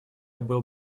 был